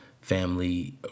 family